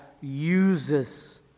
uses